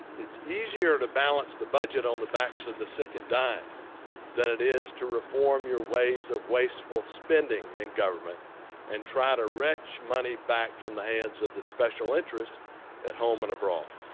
it's easier to balance the budget on the backs of the sick and dying than it is to reform your ways of wasteful spending in government and try to wrench money back from the hands of the special interests at home and abroad.